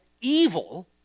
evil